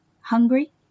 Hungry